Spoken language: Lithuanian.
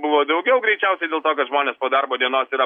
buvo daugiau greičiausiai dėl to kad žmonės po darbo dienos yra